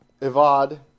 evad